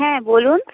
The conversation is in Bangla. হ্যাঁ বলুন